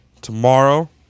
tomorrow